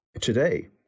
today